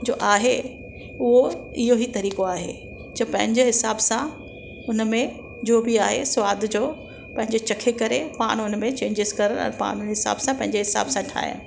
आहे उहो इहो ई तरीक़ो आहे जो पंहिंजे हिसाबु सां हुन में जो बि आहे सवादु जो पंहिंजे चखे करे पाण हुन में चेंज़ीस करणु पाण में पंहिंजे हिसाबु सां ठाहिणु